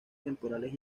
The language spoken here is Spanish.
temporales